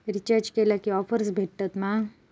Recharge केला की offers भेटात मा?